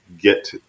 get